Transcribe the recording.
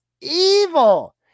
evil